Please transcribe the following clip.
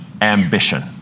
ambition